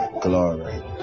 glory